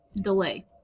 delay